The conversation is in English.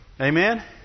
Amen